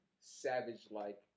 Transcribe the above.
savage-like